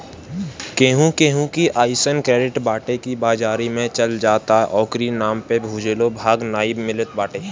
केहू केहू के अइसन क्रेडिट बाटे की बाजारी में चल जा त ओकरी नाम पे भुजलो भांग नाइ मिलत बाटे